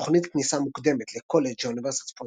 תוכנית כניסה מוקדמת לקולג' של אוניברסיטת צפון